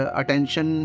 attention